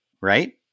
Right